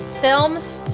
films